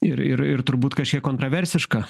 ir ir ir turbūt kažkiek kontroversiška